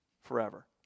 forever